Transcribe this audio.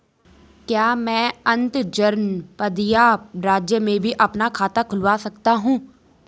क्या मैं अंतर्जनपदीय राज्य में भी अपना खाता खुलवा सकता हूँ?